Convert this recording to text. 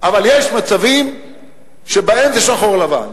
אבל יש מצבים שבהם זה שחור לבן.